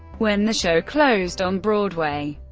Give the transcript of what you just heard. when the show closed on broadway.